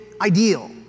ideal